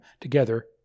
together